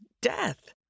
Death